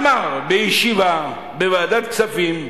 אמר בישיבה בוועדת הכספים: